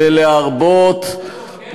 איפה, בכלא?